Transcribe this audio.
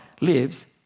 lives